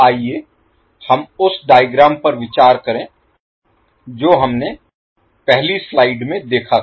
आइए हम उस डायग्राम पर विचार करें जो हमने पहली स्लाइड में देखा था